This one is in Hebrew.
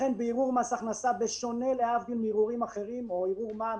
לכן בערעור מס הכנסה ובערעור מע"מ,